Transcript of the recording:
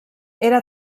era